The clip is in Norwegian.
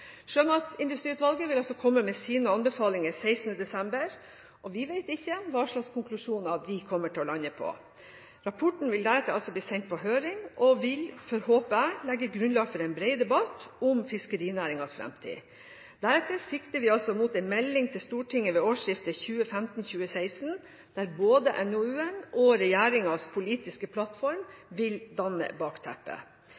Sjømatindustriutvalget vil komme med sine anbefalinger 16. desember, og vi vet ikke hvilke konklusjoner de kommer til å lande på. Rapporten vil deretter bli sendt på høring, og vil – håper jeg – legge grunnlaget for en bred debatt om fiskerinæringens fremtid. Deretter sikter vi mot en melding til Stortinget ved årsskiftet 2015/2016, der både NOU-en og regjeringens politiske